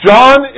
John